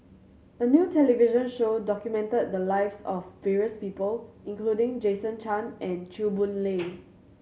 a new television show documented the lives of various people including Jason Chan and Chew Boon Lay